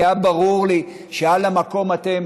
כי היה ברור לי שעל המקום אתם